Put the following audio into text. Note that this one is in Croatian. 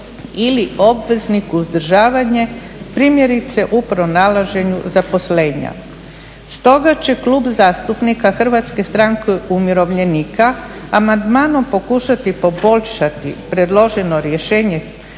ili obvezniku uzdržavanje, primjerice u pronalaženju zaposlenja. Stoga će Klub zastupnika HSU-a amandmanom pokušati poboljšati predloženo rješenje